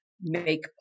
Make